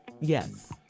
Yes